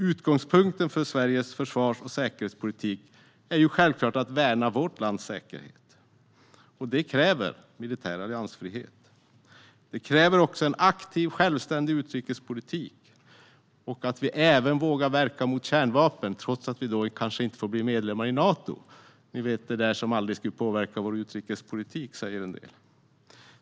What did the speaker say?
Utgångspunkten för Sveriges försvars och säkerhetspolitik är självklart att värna vårt lands säkerhet. Det kräver militär alliansfrihet. Det kräver också en aktiv, självständig utrikespolitik och att vi även vågar verka mot kärnvapen, trots att vi därmed kanske inte får bli medlemmar i Nato - ni vet, det där som en del säger aldrig skulle påverka vår utrikespolitik.